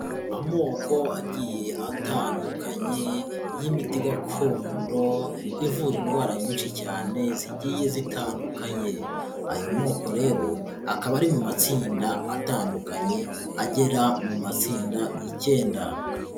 Amoko agiye atandukanye y'imiti gakondo ivura indwara nyinshi cyane zigiye zitandukanye, ayo moko rero akaba ari mu matsinda atandukanye, agera mu matsinda icyenda.